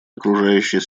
окружающей